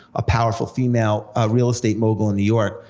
a powerful female ah real estate mogul in new york,